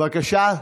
א'